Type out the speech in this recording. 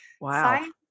wow